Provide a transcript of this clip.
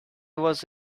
was